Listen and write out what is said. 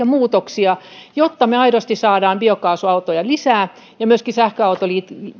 muutoksia jotta me aidosti saamme biokaasuautoja lisää ja myöskin sähköauton